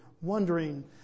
wondering